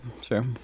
sure